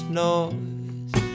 noise